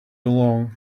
along